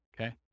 Okay